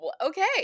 okay